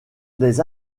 des